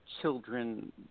children